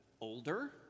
older